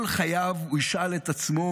כל חייו הוא ישאל את עצמו